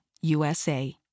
USA